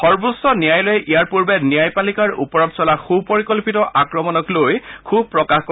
সৰ্বোচ্চ ন্যায়ালয়ে ইয়াৰ পূৰ্বে ন্যায়পালিকাৰ ওপৰত চলা সুপৰিকল্পিত আক্ৰমণক লৈ ক্ষোভ প্ৰকাশ কৰে